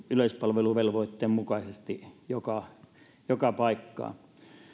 yleispalveluvelvoitteen mukaisesti joka joka paikkaan